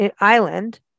island